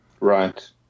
Right